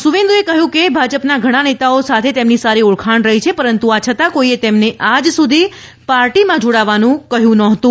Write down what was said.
સુવેન્દુએ કહ્યું કે ભાજપનાં ઘણા નેતાઓ સાથે તેમની સારી ઓળખાણ રહી છે પરંતુ આ છતાં કોઈએ તેમને આજ સુધી પાર્ટીમાં જોડાવાનું કહ્યું નહીતું